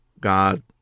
God